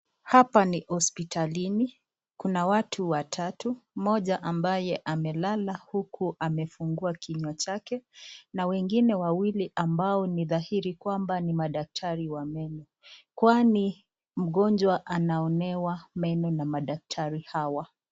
Hapa ni hospitalini. Kuna watu watatu, mmoja ambaye amelala huku amefungua kinywa chake na wengine wawili ambao ni dhahiri kwamba ni madaktari wa meno, kwani mgonjwa anaonewa meno na madaktari hawa.